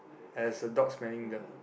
as the dog smelling the